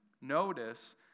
Notice